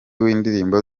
w’indirimbo